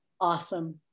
Awesome